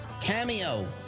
Cameo